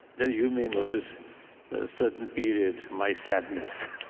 then you may notice a certain period my sadness